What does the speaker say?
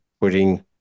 putting